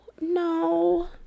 no